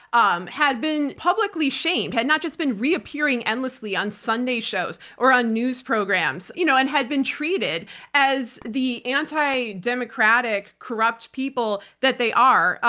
um had been publicly shamed, had not just been reappearing endlessly on sunday shows or on news programs you know and had been treated as the anti-democratic corrupt people that they are,